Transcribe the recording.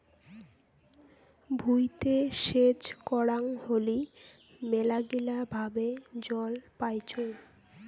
ভুঁইতে সেচ করাং হলি মেলাগিলা ভাবে জল পাইচুঙ